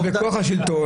אתם בכוח בשלטון,